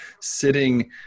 sitting